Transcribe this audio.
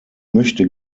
möchte